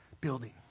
Building